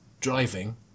driving